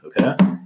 okay